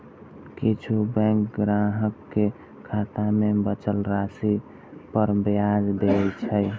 किछु बैंक ग्राहक कें खाता मे बचल राशि पर ब्याज दै छै